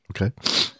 Okay